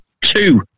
two